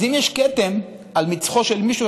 אז אם יש כתם על מצחו של מישהו,